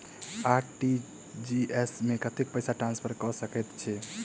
RTGS मे कतेक पैसा ट्रान्सफर कऽ सकैत छी?